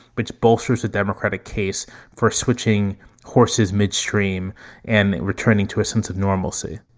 which bolsters the democratic case for switching horses midstream and returning to a sense of normalcy